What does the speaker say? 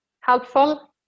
helpful